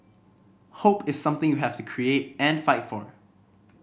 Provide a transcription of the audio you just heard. hope is something you have to create and fight for